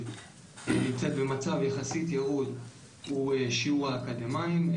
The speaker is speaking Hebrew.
נמצאת במצב יחסית ירוד הוא שיעור האקדמאים.